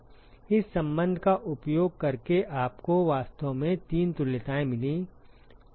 इस संबंध का उपयोग करके आपको वास्तव में 3 तुल्यताएं मिलीं